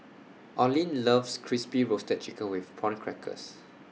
Olene loves Crispy Roasted Chicken with Prawn Crackers